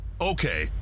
Okay